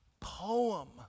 poem